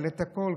אבל את הכול,